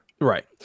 right